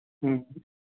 ہوں ہوں